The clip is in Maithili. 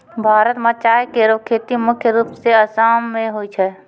भारत म चाय केरो खेती मुख्य रूप सें आसाम मे होय छै